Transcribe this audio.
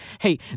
Hey